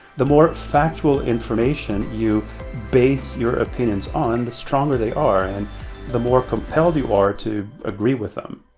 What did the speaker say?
the more factual information you base your opinions on, the stronger they are, and the more compelled you are to agree with them.